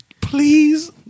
Please